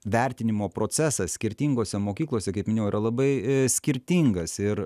vertinimo procesas skirtingose mokyklose kaip minėjau yra labai skirtingas ir